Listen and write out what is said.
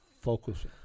focus